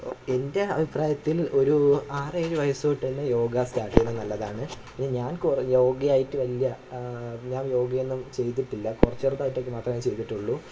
എന്റെ അഭിപ്രായത്തിൽ ഒരൂ ആറ് ഏഴ് വയസ്സ് തൊട്ട് തന്നെ യോഗ സ്റ്റാർട്ട് ചെയ്യുന്നത് നല്ലതാണ് പിന്നെ ഞാൻ യോഗയായിട്ട് വലിയ ഞാൻ യോഗയൊന്നും ചെയ്തിട്ടില്ല കുറച്ച് ചെറുതായിട്ടൊക്കെ മാത്രമേ ചെയ്തിട്ടുള്ളു